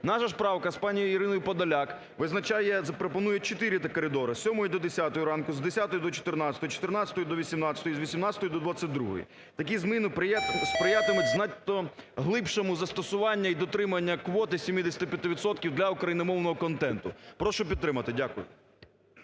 Наша ж правка з пані Іриною Подоляк визначає, пропонує чотири коридори: з 7-ї до 10-ї ранку, з 10-ї до 14-ї, з 14-ї до 18-ї, з 18-ї до 22-ї. Такі зміни сприятимуть значно глибшому застосуванню і дотримання квот до 75 відсотків для україномовного контенту. Прошу підтримати. Дякую.